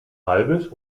halbes